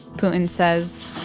putin says.